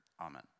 Amen